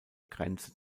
grenze